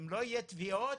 ולא יהיו תביעות,